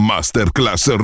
Masterclass